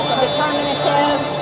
determinative